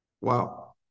wow